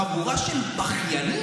חבורה של בכיינים?